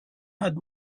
had